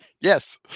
Yes